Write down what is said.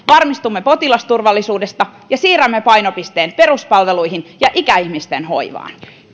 varmistumme potilasturvallisuudesta ja siirrämme painopisteen peruspalveluihin ja ikäihmisten hoivaan